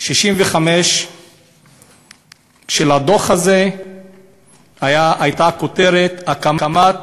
65 של הדוח הזה הייתה כותרת: "הקמת